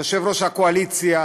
יושב-ראש הקואליציה,